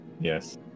Yes